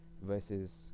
versus